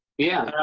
yeah.